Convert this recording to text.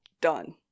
done